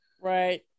Right